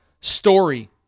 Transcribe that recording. story